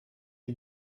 die